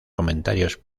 comentarios